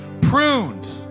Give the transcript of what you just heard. pruned